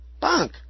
Bunk